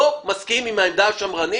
אני לא מסכים עם העמדה השמרנית.